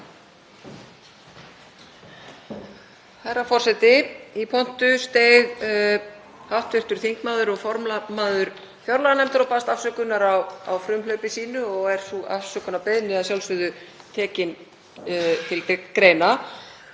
Herra forseti. Í pontu steig hv. þingmaður og formaður fjárlaganefndar og baðst afsökunar á frumhlaupi sínu og er sú afsökunarbeiðni að sjálfsögðu tekin til greina.